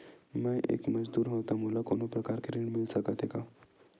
मैं एक मजदूर हंव त मोला कोनो प्रकार के ऋण मिल सकत हे का?